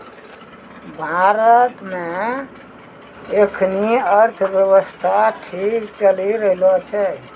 भारत मे एखनी अर्थव्यवस्था ठीक चली रहलो छै